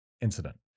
incident